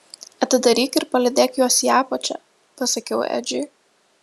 atidaryk ir palydėk juos į apačią pasakiau edžiui